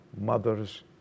mother's